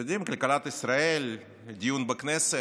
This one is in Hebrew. אתם יודעים, כלכלת ישראל, דיון בכנסת,